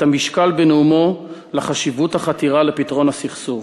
ואת המשקל בנאומו לחשיבות החתירה לפתרון הסכסוך.